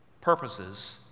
purposes